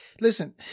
listen